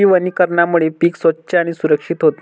कृषी वनीकरणामुळे पीक स्वच्छ आणि सुरक्षित होते